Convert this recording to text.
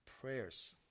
prayers